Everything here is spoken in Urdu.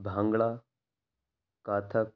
بھانگڑا کاتھک